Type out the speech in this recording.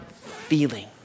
feeling